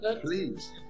Please